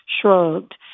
Shrugged